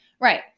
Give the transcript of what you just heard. Right